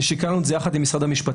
ושקללנו את זה יחד עם משרד המשפטים,